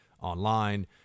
online